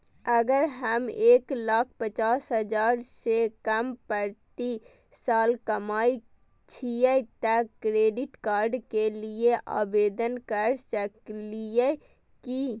अगर हम एक लाख पचास हजार से कम प्रति साल कमाय छियै त क्रेडिट कार्ड के लिये आवेदन कर सकलियै की?